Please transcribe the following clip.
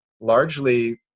largely